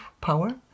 power